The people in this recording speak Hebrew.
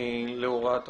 להוראת החוק.